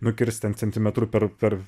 nukirsta centimetru per per